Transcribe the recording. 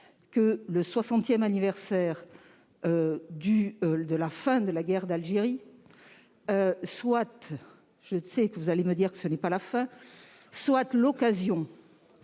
que le soixantième anniversaire de la fin de la guerre d'Algérie- je sais que vous allez me dire que ce n'est pas la fin ! -soit l'occasion